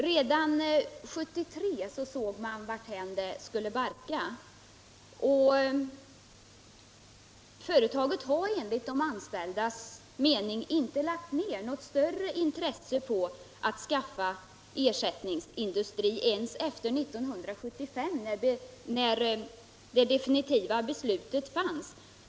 Redan 1973 såg man varthän det skulle barka, och företaget har enligt de anställdas uppfattning inte visat något större intresse för att skaffa ersättningsindustri ens efter 1975, när det definitiva beslutet fattades.